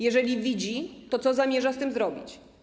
Jeżeli widzi, to co zamierza z tym zrobić?